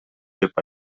деп